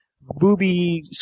booby